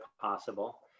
possible